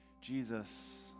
Jesus